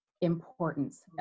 importance